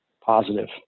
positive